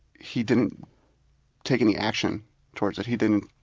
he didn't take any action toward it, he didn't